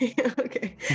okay